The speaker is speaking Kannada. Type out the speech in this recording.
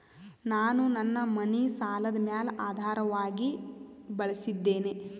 ನಾನು ನನ್ನ ಮನಿ ಸಾಲದ ಮ್ಯಾಲ ಆಧಾರವಾಗಿ ಬಳಸಿದ್ದೇನೆ